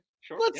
sure